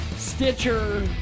Stitcher